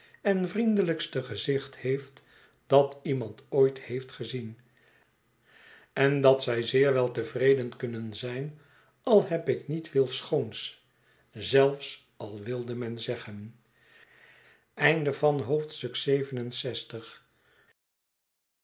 en vriendelijkste gezicht heeft dat iemand ooit heeft gezien en dat zij zeer wel tevreden kunnen zijn al heb ik niet veel schoons zelfs al wilde men zeggen